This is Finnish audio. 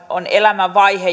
on elämänvaihe